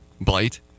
Blight